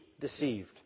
deceived